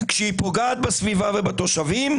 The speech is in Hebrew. כשהיא פוגעת בסביבה ובתושבים,